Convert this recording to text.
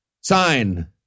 sign